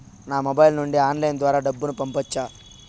నా మొబైల్ నుండి ఆన్లైన్ ద్వారా డబ్బును పంపొచ్చా